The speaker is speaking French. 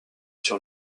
sur